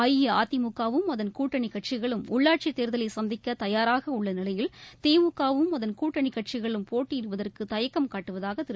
அஇஅதிமுகவும் அதன் கூட்டணிக்கட்சிகளும் உள்ளாட்சித் தேர்தலை சந்திக்க தயாராக உள்ள நிலையில் திமுகவும் அதன் கூட்டணிக்கட்சிகளும் போட்டியிடுவதற்கு தயக்கம் கூட்டுவதாக திரு